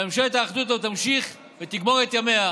שממשלת האחדות הזאת תמשיך ותגמור את ימיה,